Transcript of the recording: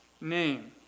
name